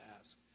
ask